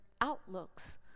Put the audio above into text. outlooks